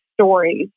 stories